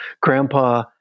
grandpa